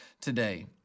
today